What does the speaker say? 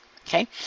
Okay